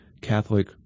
Catholic